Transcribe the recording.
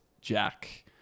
Jack